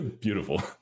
beautiful